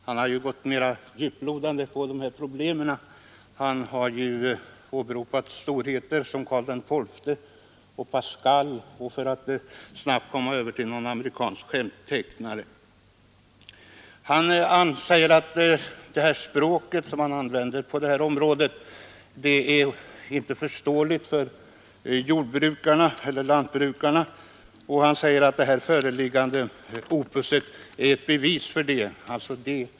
Han har gått mera på djupet med problemen och åberopar storheter som Karl XII, Pascal och någon amerikansk skämttecknare. Herr Takman anför att det språk som används på jordbrukspolitikens område inte är förståeligt för lantbrukarna och att det föreliggande betänkandet är ett bevis för det påståendet.